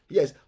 Yes